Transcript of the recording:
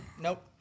Nope